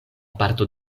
parto